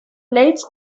plates